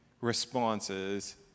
responses